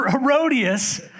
Herodias